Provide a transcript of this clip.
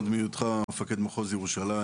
עוד מיהותך מפקד מחוז ירושלים,